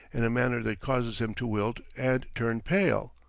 in a manner that causes him to wilt and turn pale.